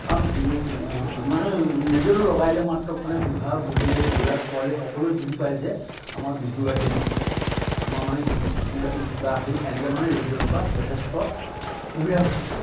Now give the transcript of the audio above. কাৰণ মানে ৰেডিঅ'টো লগাই দিয়া মাত্ৰকে মানে বুঢ়া বুঢ়ীয়ে ল'ৰা ছোৱালীয়ে সকলোৱে বুজি পায় যে আমাৰ বিহু আহিল আমাৰ মানে কিবা কিবা আহিল এনেকে মানে ৰেডিঅ'টোৰ পৰা যথেষ্ট সুবিধা হৈছিলে